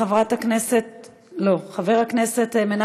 חברת הכנסת סתיו שפיר,